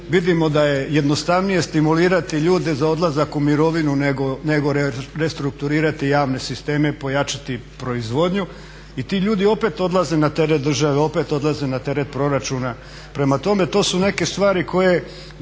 Vidimo da je jednostavnije stimulirati ljude za odlazak u mirovinu nego restrukturirati javne sisteme, pojačati proizvodnju i ti ljudi opet odlaze na teret države, opet odlaze na teret proračuna. Prema tome, to su neke stvari koje